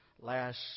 last